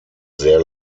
sehr